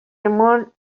moved